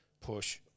push